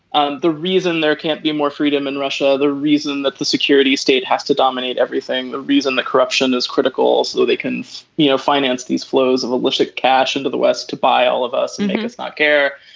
um the reason there can't be more freedom in russia. the reason that the security state has to dominate everything the reason the corruption is critical so they can you know finance these flows of illicit cash into the west to buy all of us and make us not care.